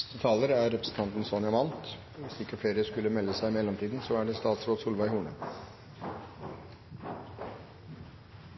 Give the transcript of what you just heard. saksordfører, for et godt samarbeid i komiteen og et godt, fyldig saksframlegg. Når det gjelder ratifikasjonen av konvensjonen, er det